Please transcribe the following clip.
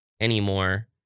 anymore